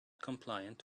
compliant